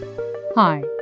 Hi